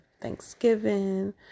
Thanksgiving